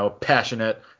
passionate